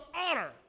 honor